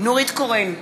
נורית קורן,